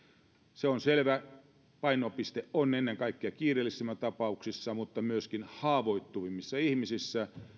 se on selvä painopiste on ennen kaikkea kiireellisimmissä tapauksissa mutta myöskin haavoittuvimmissa ihmisissä